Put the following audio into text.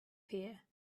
here